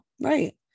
right